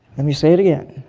let me say it again,